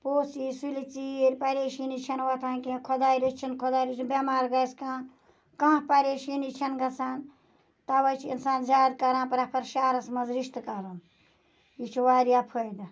پوٚژھ یی سُلہِ ژیٖر پَریشٲنی چھَنہٕ وۄتھان کینٛہہ خۄداے رٔچھٕنۍ خۄداے رٔچھٕنۍ بیٚمار گَژھِ کانٛہہ کانٛہہ پَریشٲنی چھَنہٕ گَژھان تَوَے چھُ اِنسان زیاد کَران پرٮ۪فر شَہرَس مَنٛز رِشتہٕ کَرُن یہِ چھُ واریاہ فٲیدٕ